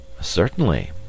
Certainly